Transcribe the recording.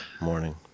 morning